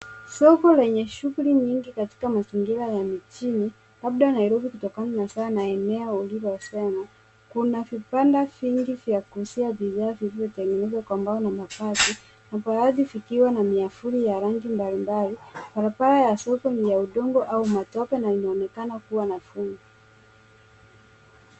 Soko lenye shughuli nyingi katika mazingira ya mjini labda Nairobi kutokana na sana eneo ulilosema kuna vipanda vingi vya kuuzia bidhaa zilizotengenezwa kwa mbao na mabati na baadhi vikiwa na miavuli ya rangi mbalimbali ,barabara ya soko ni ya udongo au matope na inaonekana kuwa vumbi .